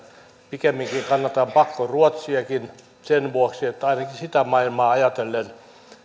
pikemminkin kannatan pakkoruotsiakin sen vuoksi että ainakin sitä maailmaa ajatellen